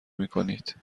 میکنید